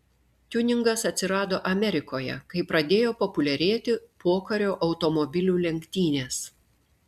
tiuningas atsirado amerikoje kai pradėjo populiarėti pokario automobilių lenktynės